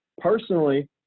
personally